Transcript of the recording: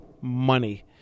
money